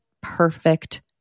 perfect